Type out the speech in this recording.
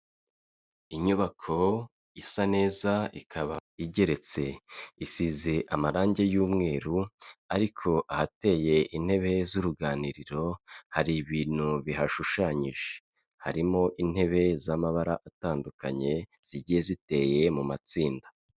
Inyubako isa neza ikaba igeretse isize amarangi y'umweru ariko ahateye intebe z'uruganiriro hari ibintu bihashushanyije harimo intebe z'amabara atandukanye zigiye ziteye mu matsinda.